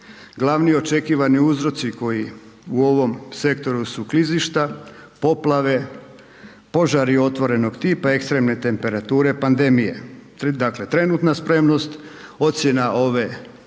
glavni očekivani uzroci koji u ovom sektoru su klizišta, poplave, požari otvorenog tipa, ekstremne temperature, pandemije. Dakle, trenutna spremnost, ocjena ove